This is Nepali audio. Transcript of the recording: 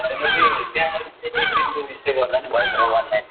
भनेपछि त्यहाँ आएर चाहिँ एकदिनको स्टे गर्दा नि भयो वान नाइट